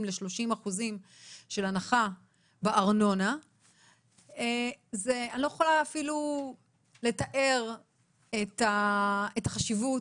ל-30% של הנחה בארנונה - אני לא יכולה אפילו לתאר את החשיבות,